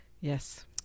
yes